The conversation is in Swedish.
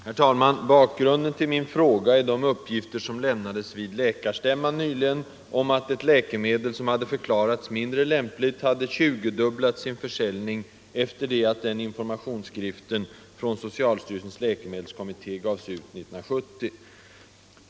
Herr talman! Bakgrunden till min fråga är de uppgifter som lämnades vid läkarstämman nyligen om att ett läkemedel som förklarats mindre lämpligt hade tjugodubblat sin försäljning efter det att informationsskriften från socialstyrelsens läkemedelskommitté gavs ut 1970.